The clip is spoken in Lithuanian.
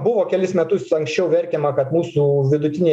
buvo kelis metus anksčiau verkiama kad mūsų vidutinė